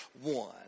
one